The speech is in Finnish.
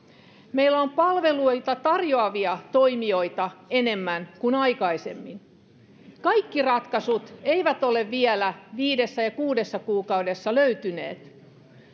meillä on palveluita tarjoavia toimijoita enemmän kuin aikaisemmin kaikki ratkaisut eivät ole vielä viidessä kuudessa kuukaudessa löytyneet